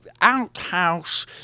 outhouse